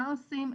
מה עושים,